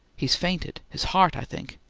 he's fainted. his heart, i think.